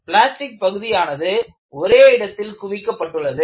plastic பகுதியானது ஒரே இடத்தில் குவிக்கப்பட்டுள்ளது